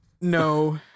No